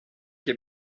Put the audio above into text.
que